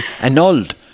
annulled